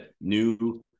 new